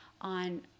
on